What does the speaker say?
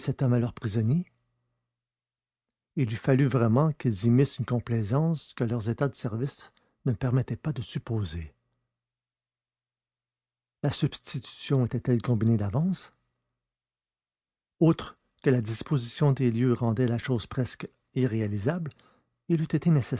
cet homme à leur prisonnier il eût fallut vraiment qu'ils y missent une complaisance que leurs états de service ne permettaient pas de supposer la substitution était-elle combinée d'avance outre que la disposition des lieux rendait la chose presque irréalisable